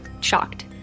shocked